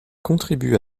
contribue